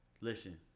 listen